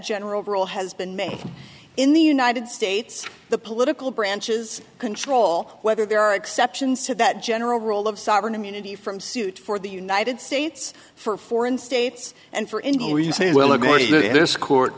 general rule has been made in the united states the political branches control whether there are exceptions to that general rule of sovereign immunity from suit for the united states for foreign states and for